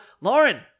Lauren